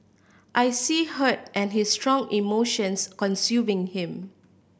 I see hurt and his strong emotions consuming him